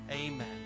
Amen